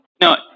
no